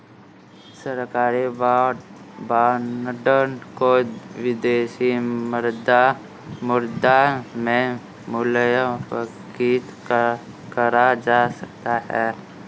सरकारी बॉन्ड को विदेशी मुद्रा में मूल्यवर्गित करा जा सकता है